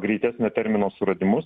greitesnio termino suradimus